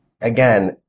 again